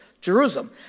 Jerusalem